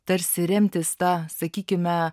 tarsi remtis ta sakykime